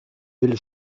will